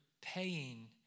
paying